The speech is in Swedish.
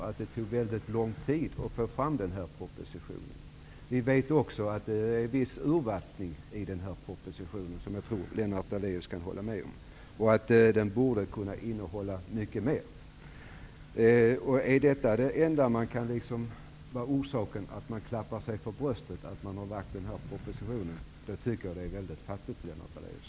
Men det tog väldigt lång tid att få fram denna proposition. Lennart Daléus borde också kunna hålla med om att det har skett en viss urvattning i propositionen. Den skulle ha kunnat innehålla mycket mer. Om framläggandet av denna proposition är orsaken till att man slår sig för bröstet, tycker jag att det är ett fattigdomsbevis,